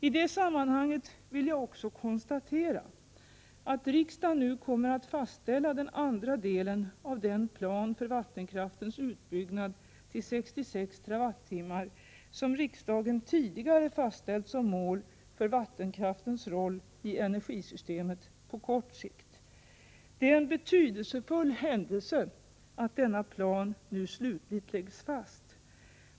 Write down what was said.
I detta sammanhang vill jag också konstatera att riksdagen nu kommer att fastställa den andra delen av den plan för vattenkraftens utbyggnad till 66 TWh som riksdagen tidigare fastställt som mål för vattenkraftens roll i energisystemet på kort sikt. Det är en betydelsefull händelse att denna plan nu slutligt läggs fast.